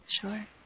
Sure